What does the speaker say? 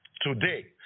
today